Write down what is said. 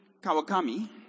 Kawakami